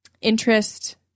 interest